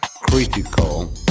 Critical